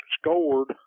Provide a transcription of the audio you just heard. scored